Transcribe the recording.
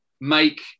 make